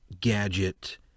gadget